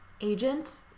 agent